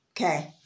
okay